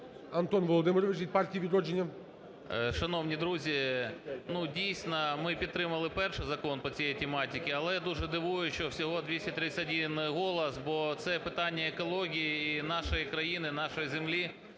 Антон Володимирович від "Партії "Відродження". 11:45:10 ЯЦЕНКО А.В. Шановні друзі, ну, дійсно, ми підтримали перший закон по цій тематиці, але я дуже дивуюсь, що всього 231 голос, бо це питання екології і нашої країни, нашої землі.